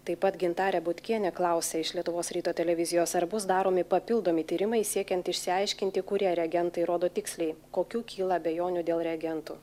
taip pat gintarė butkienė klausia iš lietuvos ryto televizijos ar bus daromi papildomi tyrimai siekiant išsiaiškinti kurie reagentai rodo tiksliai kokių kyla abejonių dėl reagentų